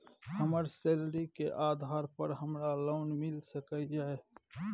हमर सैलरी के आधार पर हमरा लोन मिल सके ये?